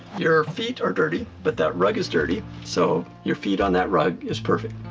your feet are dirty, but that rug is dirty so your feet on that rug is perfect,